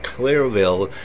Clearville